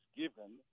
given